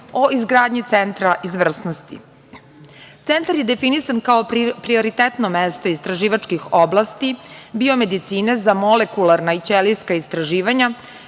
o izgradnji centra izvrsnosti. Centar je definisan kao prioritetno mesto istraživačkih oblasti, biomedicine za molekularna i ćelijska istraživanja,